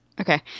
Okay